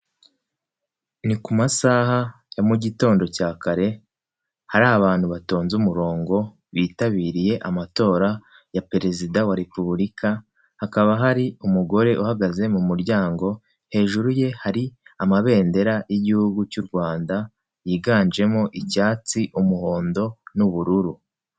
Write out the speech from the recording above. Ni ku masaha ya mu gitondo cya kare, hari abantu batonze umurongo, bitabiriye amatora ya perezida wa repubulika, hakaba hari umugore uhagaze mu muryango, hejuru ye hari amabendera y'igihugu cy'u Rwanda, yiganjemo icyatsi, umuhondo, n'ubururu.